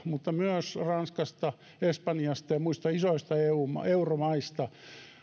mutta myös ranskasta espanjasta ja muista isoista euromaista euromaista